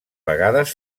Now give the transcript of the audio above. vegades